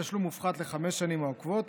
תשלום מופחת לחמש השנים העוקבות,